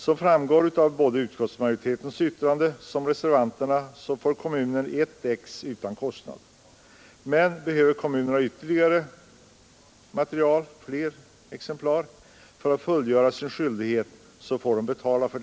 Som framgår både av utskottsmajoritetens yttrande och av reservanternas får kommunen ett exemplar utan kostnad. Men behöver kommunen ytterligare exemplar för att fullgöra sin skyldighet, får kommunen betala härför.